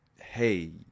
hey